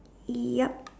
yep